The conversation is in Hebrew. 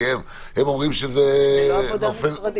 כי הם אומרים שזה נופל --- זה לא עבודה משרדית.